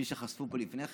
כפי שחשפו פה לפני כן,